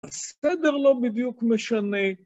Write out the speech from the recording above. אסתדר לו בדיוק משנה.